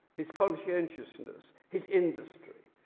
his conscientiousness, his industry,